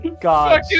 god